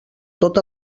tot